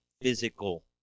physical